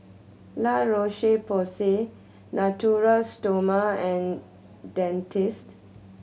La Roche Porsay Natura Stoma and Dentiste